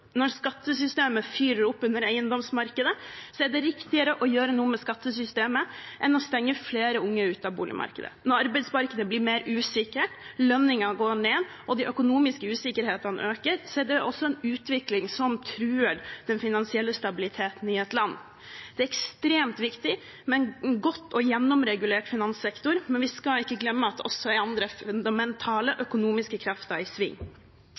Når skattesystemet fyrer opp under eiendomsmarkedet, er det riktigere å gjøre noe med skattesystemet enn å stenge flere unge ute av boligmarkedet. Når arbeidsmarkedet blir mer usikkert, lønninger går ned og de økonomiske usikkerhetene øker, er det også en utvikling som truer den finansielle stabiliteten i et land. Det er ekstremt viktig med en god og gjennomregulert finanssektor, men vi skal ikke glemme at det også er andre fundamentale økonomiske krefter i sving.